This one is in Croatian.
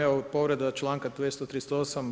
Evo povreda članka 238.